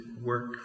work